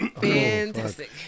Fantastic